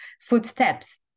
footsteps